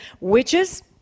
Witches